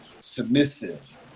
submissive